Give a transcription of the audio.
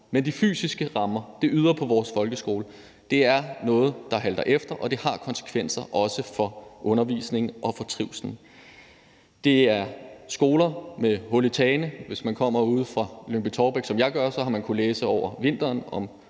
Men de fysiske rammer, det ydre, på vores folkeskoler er noget, der halter efter, og det har også konsekvenser for undervisningen og for trivslen. Det er skoler med hul i tagene. Hvis man kommer ude fra Lyngby-Taarbæk Kommune, som jeg gør, har man over vinteren